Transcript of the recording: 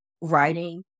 writing